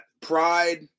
Pride